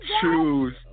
choose